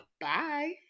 Bye